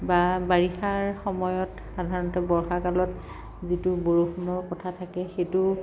বা বাৰিষাৰ সময়ত সাধাৰণতে বৰ্ষাকালত যিটো বৰষুণৰ কথা থাকে সেইটো